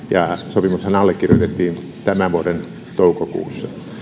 sopimushan allekirjoitettiin tämän vuoden toukokuussa